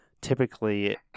typically